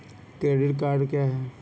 Credit card क्या है?